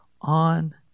on